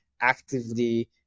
actively